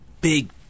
big